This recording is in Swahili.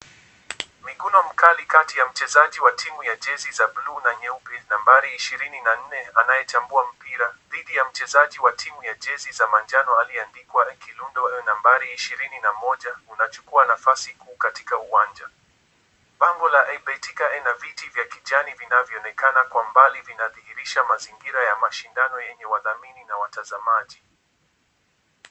Mkundo mkali kati ya mchezaji wa timu ya jezi ya blue na nyeupe, nambari ishirini na nne, anayechambua mpira dhidi ya mchezaji wa timu ya jezi ya manjano, aliyeandikwa Kilundo, nambari ishirini na moja, unachukua nafasi kuu katika uwanja. Bango la Betika na viti vya kijani vinavyoonekana kwa mbali, vinadhihirisha mazingira ya mashindano yenye wadhamini na watazamaji.